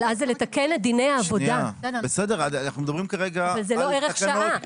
אבל אז זה לתקן את דיני העבודה וזה לא ערך שעה.